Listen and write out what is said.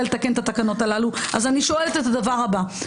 לתקן את התקנות הללו אז אני שואלת את הדבר הבא,